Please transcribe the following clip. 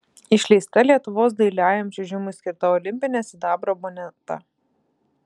išleista lietuvos dailiajam čiuožimui skirta olimpinė sidabro moneta